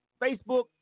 Facebook